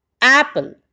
Apple